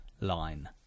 line